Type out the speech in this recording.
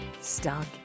stuck